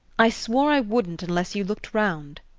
i swore i wouldn't unless you looked round.